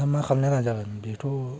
दा मा खालामनाय मोजां जागोन बेथ'